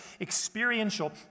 experiential